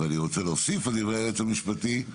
לדברי היועץ המשפטי,